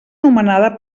nomenada